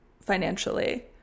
financially